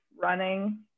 running